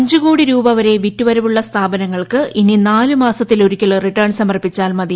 അഞ്ചുകോടി രൂപവരെ വിറ്റുവരവുള്ള സ്ഥാപനങ്ങൾക്ക് ഇനി നാലു മാസത്തിലൊരിക്കൽ റിട്ടേൺ സമർപ്പിച്ചാൽ മതി